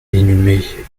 inhumé